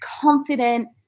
confident